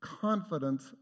confidence